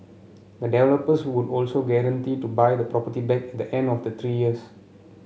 the developers would also guarantee to buy the property back at the end of the three years